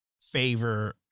favor